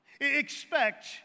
Expect